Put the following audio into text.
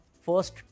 first